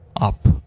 up